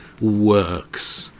works